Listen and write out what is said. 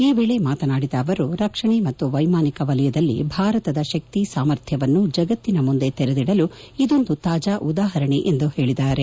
ಈ ವೇಳೆ ಮಾತನಾಡಿದ ಅವರು ರಕ್ಷಣೆ ಮತ್ತು ವೈಮಾನಿಕ ವಲಯದಲ್ಲಿ ಭಾರತದ ಶಕ್ತಿ ಸಾಮರ್ಥ್ಯವನ್ನು ಜಗತ್ತಿನ ಮುಂದೆ ತೆರೆದಿಡಲು ಇದೊಂದು ತಾಜಾ ಉದಾಪರಣೆ ಎಂದು ಹೇಳಿದ್ದಾರೆ